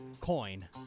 Coin